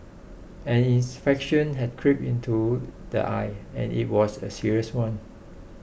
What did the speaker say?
an had crept into the eye and it was a serious one